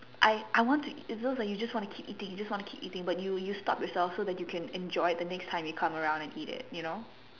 I I want to it's like those you just want to keep eating you just want to keep eating but you stop yourself so you can enjoy the next time you come around and eat it